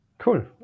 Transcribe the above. Cool